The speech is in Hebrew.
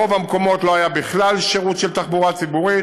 ברוב המקומות לא היה בכלל שירות של תחבורה ציבורית.